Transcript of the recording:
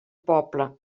poble